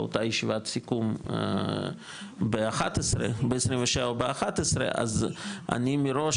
באותה ישיבת סיכום ב-27 ב-11 אז אני מראש,